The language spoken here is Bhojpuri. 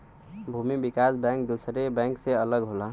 भूमि विकास बैंक दुसरे बैंक से अलग होला